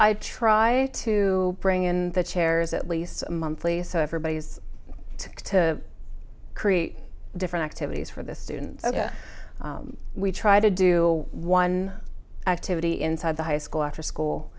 i try to bring in the chairs at least monthly so everybody's to create different activities for the students we try to do one activity inside the high school after school